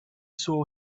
saw